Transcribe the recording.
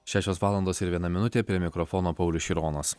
šešios valandos ir viena minutė prie mikrofono paulius šironas